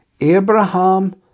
Abraham